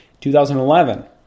2011